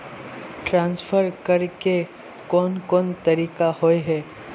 Transfer करे के कोन कोन तरीका होय है?